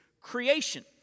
creation